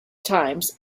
times